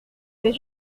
c’est